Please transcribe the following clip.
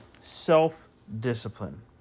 self-discipline